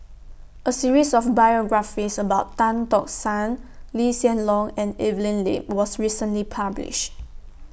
A series of biographies about Tan Tock San Lee Hsien Loong and Evelyn Lip was recently published